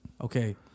Okay